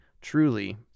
Truly